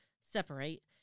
separate